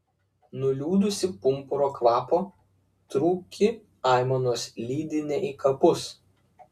nuliūdusį pumpuro kvapo trūkį aimanos lydi ne į kapus